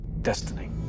Destiny